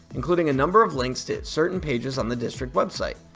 including a number of links to certain pages on the district website.